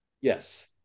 Yes